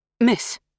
Miss